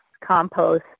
compost